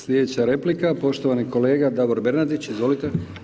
Sljedeća replika poštovani kolega Davor Bernardić, izvolite.